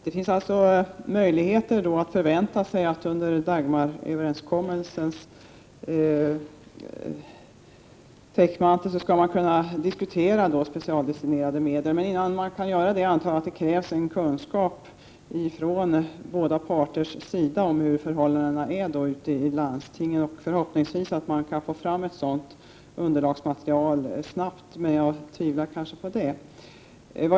Det finns då alltså anledning att vänta sig att man under Dagmaröverenskommelsens täckmantel skall kunna diskutera specialdestinerade medel. Men innan man kan göra det antar jag att det krävs en kunskap från båda parters sida om förhållandena ute i landstingen. Förhoppningsvis kan man få fram ett sådant material snabbt, men jag tvivlar kanske på det.